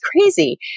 crazy